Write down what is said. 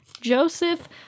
Joseph